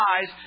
eyes